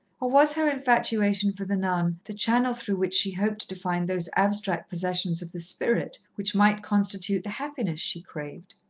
or was her infatuation for the nun the channel through which she hoped to find those abstract possessions of the spirit which might constitute the happiness she craved?